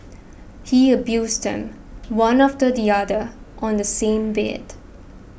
he abused them one after the other on the same bed